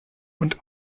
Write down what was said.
und